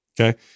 Okay